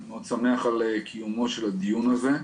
אני מאוד שמח על קיומו של הדיון הזה.